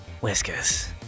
Whiskers